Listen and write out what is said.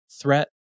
threat